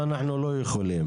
מה אנחנו לא יכולים.